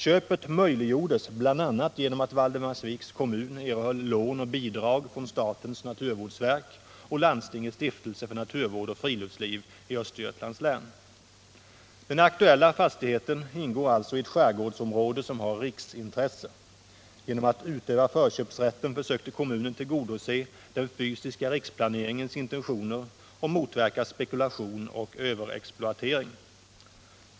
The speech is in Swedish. Köpet möjliggjordes bl.a. genom att Valdemarsviks kommun erhöll lån och bidrag från statens naturvårdsverk och landstingets stiftelse för naturvård och friluftsliv i Östergötlands län. Den aktuella fastigheten ingår alltså i ett skärgårdsområde som har riksintresse. Genom att utöva förköpsrätten försökte kommunen tillgodose den fysiska riksplaneringens intentioner och motverka spekulation oh överexploatering.